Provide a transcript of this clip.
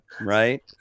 right